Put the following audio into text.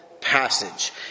Passage